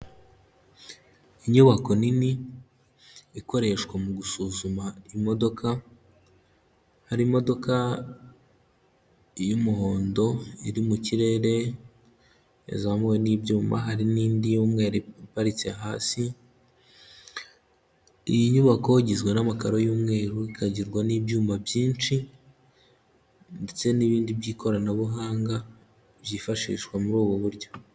Inyubako nini ikoreshwa mu gusuzuma imodoka, hari imodoka y'umuhondo iri mu kirere yazamuwe n'ibyuma, hari n'indi iparitse hasi, iyi nyubako igizwe n'amakaro y'umweru ikagirwa n'ibyuma byinshi ndetse n'ibindi by'ikoranabuhanga byifashishwa muri ubu buryo.